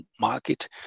market